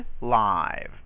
live